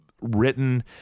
written